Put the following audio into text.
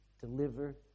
deliver